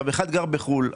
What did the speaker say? אחד גר בחו"ל,